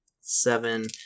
Seven